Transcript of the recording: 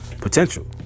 potential